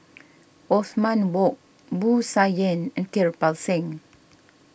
Othman Wok Wu Tsai Yen and Kirpal Singh